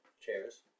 chairs